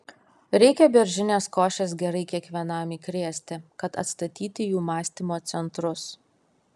reikia beržinės košės gerai kiekvienam įkrėsti kad atstatyti jų mąstymo centrus